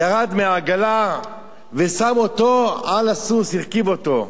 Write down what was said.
ירד מהעגלה ושם אותו על הסוס, הרכיב אותו.